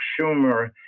Schumer